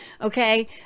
Okay